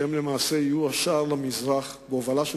שהם למעשה יהיו השער למזרח בהובלה של